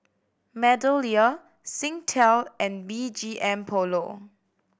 MeadowLea Singtel and B G M Polo